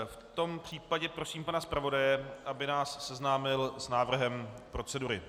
V tom případě prosím pana zpravodaje, aby nás seznámil s návrhem procedury.